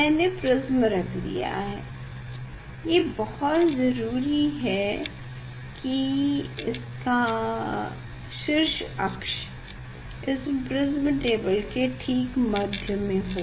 मैने प्रिस्म रख दिया है ये बहुत जरूरी है कि इसका शीर्ष अक्ष इस प्रिस्म टेबल के ठीक मध्य में हो